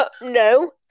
No